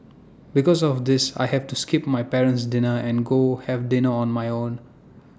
because of this I have to skip my parent's dinner and go have dinner on my own